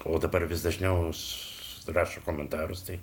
o dabar vis dažniau rašo komentarus tai